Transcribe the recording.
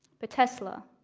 but tesla,